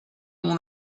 mon